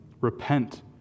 Repent